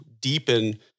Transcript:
deepen